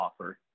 offer